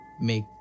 make